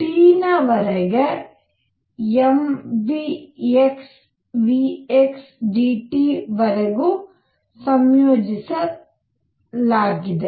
T mvxvx dt ವರೆಗೂ ಸಂಯೋಜಿಸಲಾಗಿದೆ